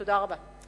תודה רבה.